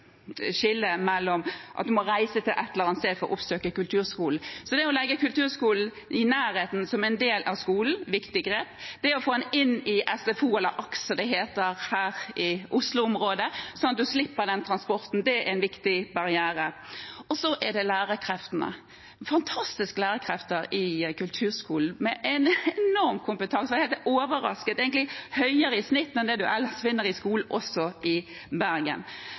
at man må reise til et eller annet sted for å oppsøke kulturskolen. Det å legge kulturskolen i nærheten, som en del av skolen, er et viktig grep – det å få den inn i SFO – eller AKS, som det heter her i Oslo-området – slik at man slipper transport, som er en viktig barriere. Så er det lærerkreftene. Det er fantastiske lærerkrefter i kulturskolen, med en enorm kompetanse, og med et – jeg er egentlig helt overrasket – høyere snitt enn det man ellers finner i skolen, også i